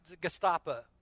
Gestapo